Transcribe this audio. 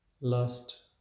lust